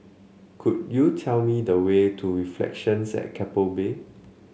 could you tell me the way to Reflections at Keppel Bay